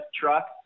truck